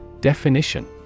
Definition